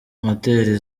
moteri